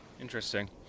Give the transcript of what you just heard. Interesting